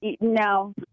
no